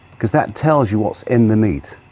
because that tells you what's in the meat.